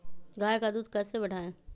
गाय का दूध कैसे बढ़ाये?